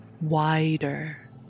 wider